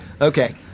okay